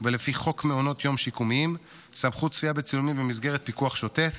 ולפי חוק מעונות יום שיקומיים סמכות צפייה בצילומים במסגרת פיקוח שוטף,